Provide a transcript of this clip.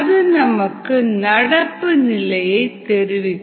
அது நமக்கு நடப்பு நிலையை தெரிவிக்கும்